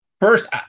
First